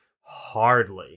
Hardly